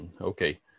okay